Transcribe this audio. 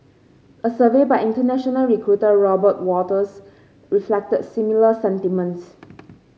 a survey by international recruiter Robert Walters reflected similar sentiments